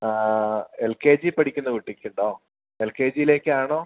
L K G പഠിക്കുന്ന കുട്ടിക്ക് ഉണ്ടോ എൽ കെ ജി യിലേക്കാണോ